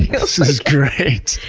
this is great!